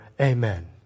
Amen